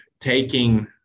taking